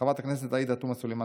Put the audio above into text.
חבר הכנסת אלכס קושניר,